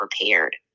prepared